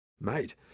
mate